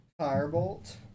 Firebolt